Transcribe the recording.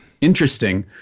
interesting